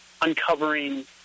uncovering